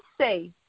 say